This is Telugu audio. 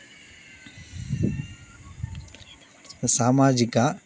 సామాజిక